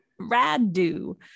Radu